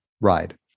ride